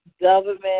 government